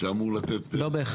לא.